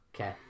Okay